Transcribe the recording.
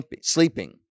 sleeping